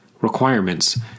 Requirements